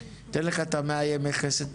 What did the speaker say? ניתן לך את פחות מה-100 ימי חסד,